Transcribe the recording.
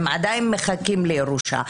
הם עדיין מחכים לירושה.